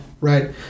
right